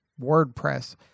WordPress